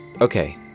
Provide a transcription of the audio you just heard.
Okay